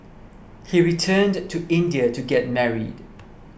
he returned to India to get married